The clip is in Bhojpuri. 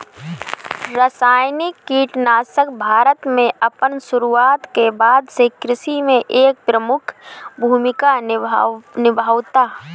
रासायनिक कीटनाशक भारत में अपन शुरुआत के बाद से कृषि में एक प्रमुख भूमिका निभावता